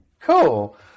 Cool